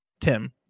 Tim